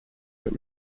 but